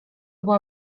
była